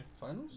Finals